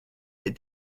des